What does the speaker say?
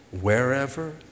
Wherever